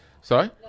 Sorry